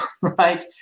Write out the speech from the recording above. right